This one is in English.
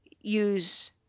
use